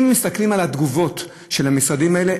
אם מסתכלים על התגובות של המשרדים האלה,